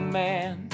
man